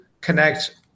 connect